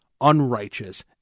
unrighteous